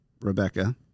rebecca